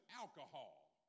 alcohol